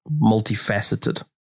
multifaceted